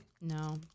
No